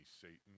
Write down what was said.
Satan